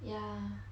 ya